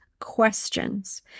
questions